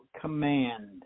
command